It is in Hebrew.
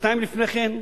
שנתיים לפני כן,